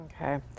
Okay